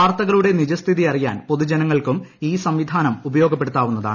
വാർത്തകളുടെ നിജസ്ഥിതി അറിയാൻ പൊതുജനങ്ങൾക്കും ഈ സംവിധാനം ഉപയോഗപ്പെടുത്താവുന്നതാണ്